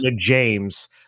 James